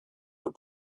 the